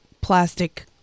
plastic